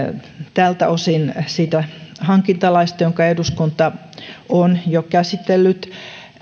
tältä osin hankintalaista jonka eduskunta on jo käsitellyt